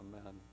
amen